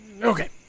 Okay